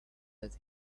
that